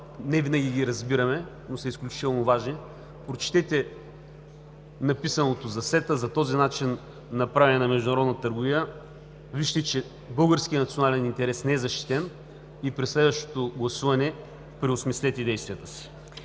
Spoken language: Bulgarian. не винаги ги разбираме, но са изключително важни. Прочетете написаното за СЕТА, за този начин на правене на международна търговия, вижте че българският национален интерес не е защитен и при следващото гласуване преосмислете действията си!